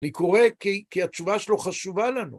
אני קורא כי התשובה שלו חשובה לנו.